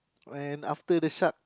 and after the shark